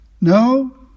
No